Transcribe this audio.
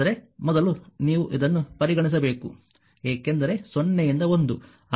ಆದರೆ ಮೊದಲು ನೀವು ಇದನ್ನು ಪರಿಗಣಿಸಬೇಕು ಏಕೆಂದರೆ 0 ಯಿಂದ 1